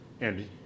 Andy